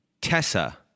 Tessa